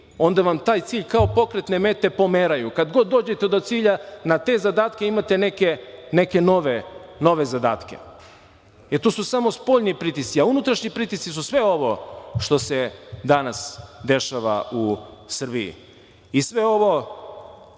onda vam taj cilj kao pokretne mete pomeraju i kada god dođete do cilja na te zadatke imate neke nove zadatke. To su samo spoljni pritisci, a unutrašnji pritisci su sve ovo što se danas dešava u Srbiji. I sve ovo